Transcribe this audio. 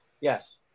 yes